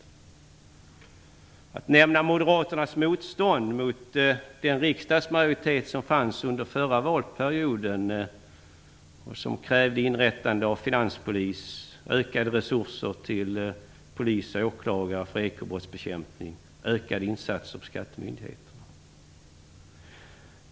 Jag kan nämna moderaternas motstånd mot den riksdagsmajoritet som fanns under förra valperioden och som krävde inrättande av finanspolis, ökade resurser till polis och åklagare för ekobrottsbekämpning och ökade insatser på skattemyndigheterna.